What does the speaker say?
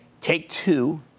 Take-Two